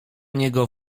niego